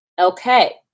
Okay